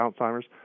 Alzheimer's